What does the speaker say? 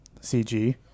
CG